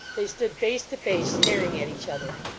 they stood face to face, staring at each other.